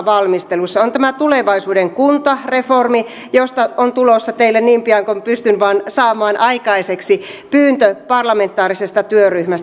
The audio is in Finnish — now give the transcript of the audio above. on tämä tulevaisuuden kuntareformi josta on tulossa teille niin pian kuin pystyn vain saamaan aikaiseksi pyyntö parlamentaarisesta työryhmästä